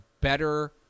better